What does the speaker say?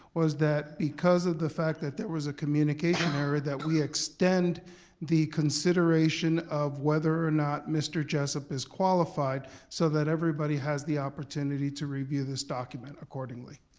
was that because of the fact that there was a communication error, that we extend the consideration of whether or not mr. jessup is qualified so that everybody has the opportunity to review this document accordingly.